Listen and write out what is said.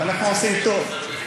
ואנחנו עושים טוב.